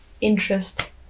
interest